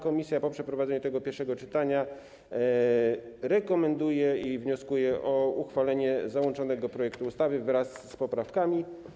Komisja po przeprowadzeniu pierwszego czytania rekomenduje, wnioskuje o uchwalenie załączonego projektu ustawy wraz z poprawkami.